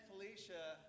Felicia